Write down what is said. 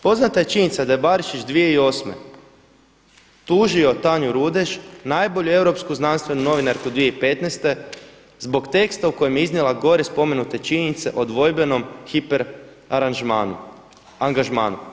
Poznata je činjenica da je Barišić 2008. tužio Tanju Rudeš najbolju europsku znanstveni novinarku 2015. zbog teksta u kojem je iznijela gore spomenute činjenice o dvojbenom hiper angažmanu.